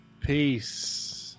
Peace